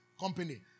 company